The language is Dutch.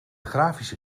grafische